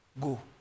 Go